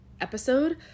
episode